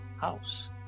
house